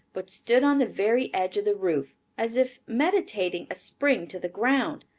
but stood on the very edge of the roof, as if meditating a spring to the ground.